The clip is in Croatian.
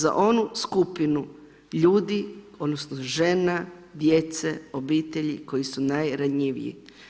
Za onu skupinu ljudi, odnosno žena, djece, obitelji koji su najranjiviji.